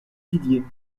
didier